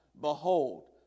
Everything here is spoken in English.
Behold